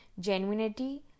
genuinity